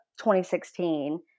2016